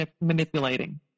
manipulating